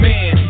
Man